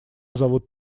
зовут